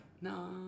No